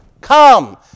come